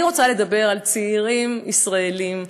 אני רוצה לדבר על צעירים ישראלים,